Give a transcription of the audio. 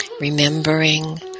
Remembering